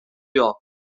york